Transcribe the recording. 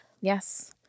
Yes